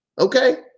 Okay